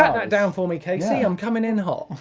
um that down for me, casey, i'm comin' in hot'.